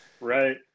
Right